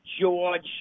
George